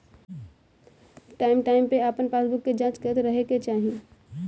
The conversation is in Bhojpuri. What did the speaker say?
टाइम टाइम पे अपन पासबुक के जाँच करत रहे के चाही